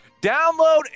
download